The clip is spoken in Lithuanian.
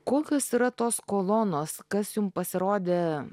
kokios yra tos kolonos kas jum pasirodė